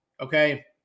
Okay